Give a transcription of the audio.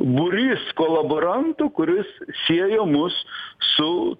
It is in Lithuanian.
būrys kolaborantų kuris siejo mus su